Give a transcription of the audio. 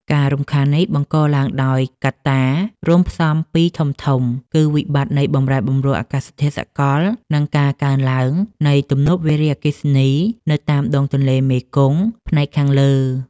ការរំខាននេះបង្កឡើងដោយកត្តារួមផ្សំពីរធំៗ គឺវិបត្តិនៃបម្រែបម្រួលអាកាសធាតុសកល និងការកើនឡើងនៃទំនប់វារីអគ្គិសនីនៅតាមដងទន្លេមេគង្គផ្នែកខាងលើ។